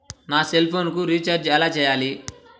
నా సెల్ఫోన్కు రీచార్జ్ ఎలా చేయాలి?